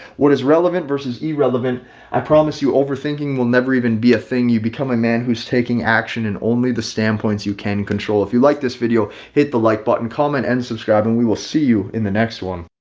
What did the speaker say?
what is relevant versus irrelevant. i promise you overthinking will never even be a thing you become a man who's taking action and only the standpoints you can control if you liked this video, hit the like button, comment and subscribe and we will see you in the next one.